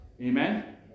Amen